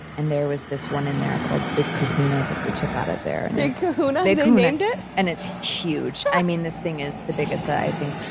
and there was this one in there called big kahuna that they took out of there. big kahuna! they they named it? and it's huge. i mean, this thing is the biggest, i think,